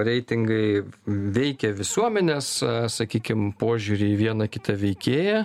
reitingai veikia visuomenės sakykim požiūrį į vieną kitą veikėją